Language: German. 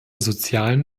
sozialen